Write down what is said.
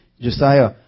Josiah